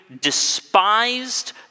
despised